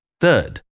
Third